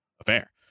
affair